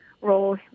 role